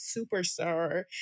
superstar